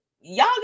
y'all